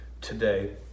today